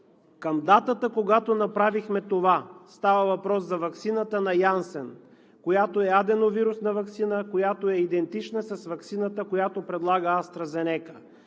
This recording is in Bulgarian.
Към датата, когато направихме това, става въпрос за ваксината на Janssen, която е аденовирусна ваксина, която е идентична с ваксината, която предлага AstraZeneca.